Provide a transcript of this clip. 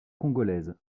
congolaise